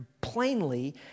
plainly